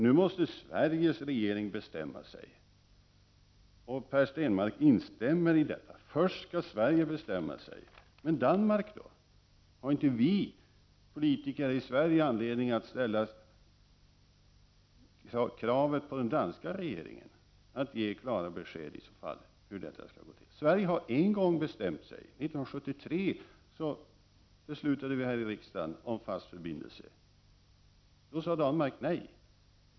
Nu måste Sveriges regering bestämma sig, heter det. Per Stenmarck instämmer i detta: Först skall Sverige bestämma sig. Men Danmark då? Har inte vi politiker i Sverige anledning att ställa krav på den danska regeringen att ge klara besked i så fall? Sverige har en gång bestämt sig. 1973 beslutade vi här i riksdagen om en fast förbindelse. Då sade Danmark nej.